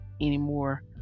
anymore